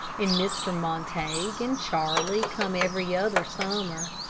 and mr. montague and charlie come every other summer.